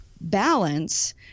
balance